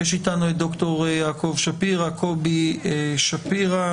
ד"ר יעקב שפירא,